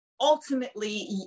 Ultimately